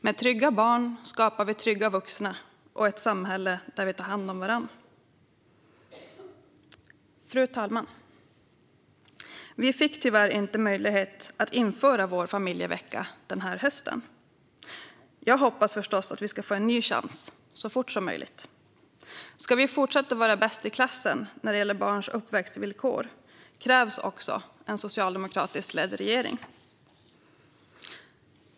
Med trygga barn skapar vi trygga vuxna och ett samhälle där vi tar hand om varandra. Fru talman! Vi fick tyvärr inte möjlighet att införa vår familjevecka den här hösten. Jag hoppas förstås att vi ska få en ny chans så fort som möjligt. Ska vi fortsätta vara bäst i klassen när det gäller barns uppväxtvillkor krävs en socialdemokratiskt ledd regering.